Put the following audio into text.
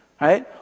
right